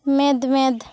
ᱢᱮᱸᱫ ᱢᱮᱸᱫ